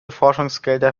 forschungsgelder